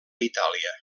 itàlia